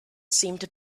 seemed